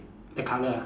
the colour ah